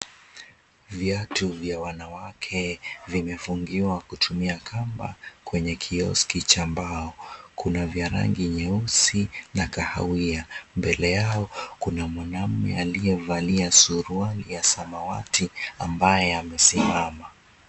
Viatu vya wanawake vimefungiwa kutumia kamba kwenye kioski cha mbao. Kuna vya rangi nyeusi na kahawia. Mbele yao kuna mwanamume aliyevalia suruali ya samawati ambaye amesimama.